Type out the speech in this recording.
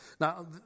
Now